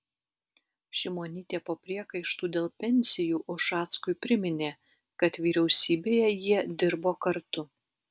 šimonytė po priekaištų dėl pensijų ušackui priminė kad vyriausybėje jie dirbo kartu